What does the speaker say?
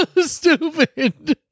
stupid